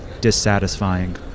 dissatisfying